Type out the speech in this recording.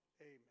amen